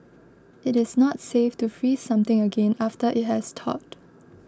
it is not safe to freeze something again after it has thawed